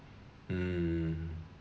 mm